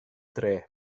dre